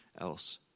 else